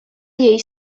jej